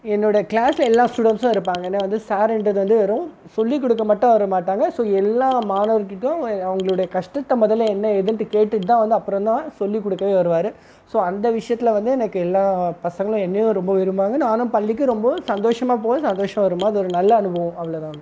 என்னோட கிளாஸில் எல்லா ஸ்டூடெண்ட்ஸும் இருப்பாங்க ஏன்னா வந்து சார் என்றது வந்து வெறும் சொல்லி கொடுக்க மட்டும் வர மாட்டாங்க ஸோ எல்லா மாணவர்கிட்டேயும் அவங்களோட கஷ்டத்தை மொதலில் என்ன ஏதுன்ட்டு கேட்டுகிட்டு தான் வந்து அப்புறம் தான் சொல்லி கொடுக்கவே வருவார் ஸோ அந்த விஷயத்துல வந்து எனக்கு எல்லா பசங்களும் என்னையும் ரொம்ப விரும்புவாங்க நானும் பள்ளிக்கு ரொம்ப சந்தோஷமா போவேன் சந்தோசமாக வரும் அது ஒரு நல்ல அனுபவம் அவ்வளோதாங்க